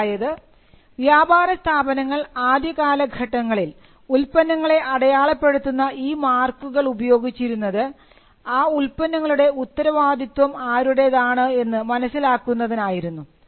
അതായത് വ്യാപാരസ്ഥാപനങ്ങൾ ആദ്യകാലഘട്ടങ്ങളിൽ ഉൽപന്നങ്ങളെ അടയാളപ്പെടുത്തുന്ന ഈ മാർക്കുകൾ ഉപയോഗിച്ചിരുന്നത് ആ ഉൽപ്പന്നങ്ങളുടെ ഉത്തരവാദിത്വം ആരുടേതാണ് എന്ന് മനസ്സിലാക്കുന്നതിന് ആയിരുന്നു